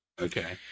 Okay